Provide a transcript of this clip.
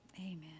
Amen